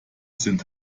sind